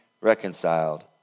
reconciled